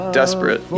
desperate